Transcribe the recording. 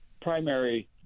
primary